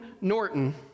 Norton